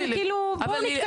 אבל, כאילו, בואו נתקדם.